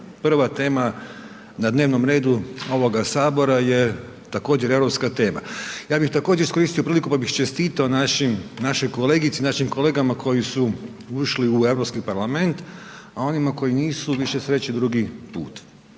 prva tema na dnevnom redu ovoga Sabora je također europska tema. Ja bih također iskoristio priliku pa bih čestitao našoj kolegici, našim kolegama koji su ušli u Europski parlament a onima koji nisu, više sreće drugi put.